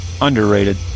underrated